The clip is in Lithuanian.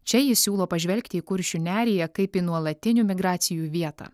čia ji siūlo pažvelgti į kuršių neriją kaip į nuolatinių migracijų vietą